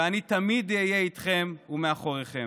ואני תמיד אהיה איתכם ומאחוריכם.